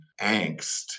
angst